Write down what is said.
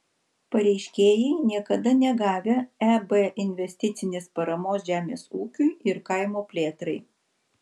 pareiškėjai niekada negavę eb investicinės paramos žemės ūkiui ir kaimo plėtrai